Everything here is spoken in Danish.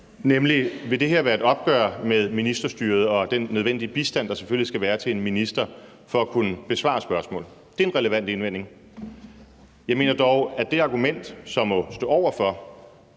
nemlig om det her vil være et opgør med ministerstyret og den nødvendige bistand, der selvfølgelig skal være til en minister, for at vedkommende skal kunne besvare spørgsmål. Det er en relevant indvending. Jeg mener dog, at det argument, som må stå over for,